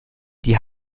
die